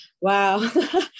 Wow